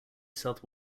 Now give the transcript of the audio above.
south